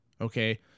okay